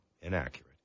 inaccurate